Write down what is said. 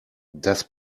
das